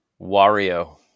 Wario